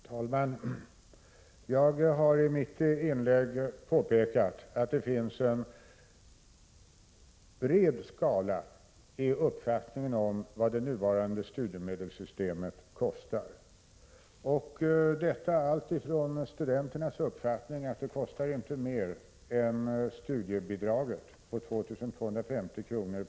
Fru talman! Jag har i mitt inlägg påpekat att det finns en bred skala av uppfattningar om vad det nuvarande studiemedelssystemet kostar. Jag har redovisat detta, alltifrån studenternas uppfattning att det inte kostar mer än studiebidraget på 2 250 kr.